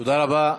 תודה רבה.